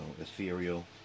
ethereal